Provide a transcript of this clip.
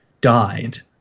died